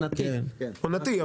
כן, עונתי.